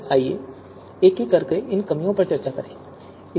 तो आइए एक एक करके उन पर चर्चा करते हैं